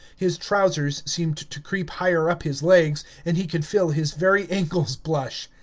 his trousers seemed to creep higher up his legs, and he could feel his very ankles blush.